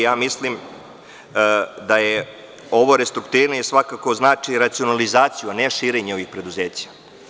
Ja mislim da ovo restruktuiranje svakako znači racionalizaciju, a ne širenje ovih preduzeća.